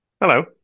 Hello